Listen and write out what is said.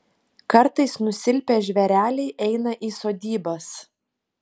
kartais nusilpę žvėreliai eina į sodybas